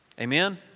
Amen